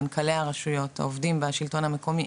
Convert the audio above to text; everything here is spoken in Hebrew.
מנכ"לי הרשויות עובדים בשלטון המקומי,